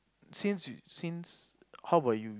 since since how about you